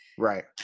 right